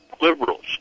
liberals